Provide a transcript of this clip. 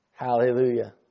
Hallelujah